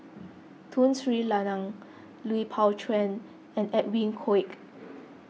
Tun Sri Lanang Lui Pao Chuen and Edwin Koek